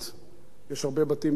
יש הרבה בתים בישראל עם מעלית,